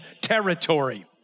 territory